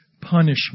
punishment